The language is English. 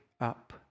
up